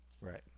Right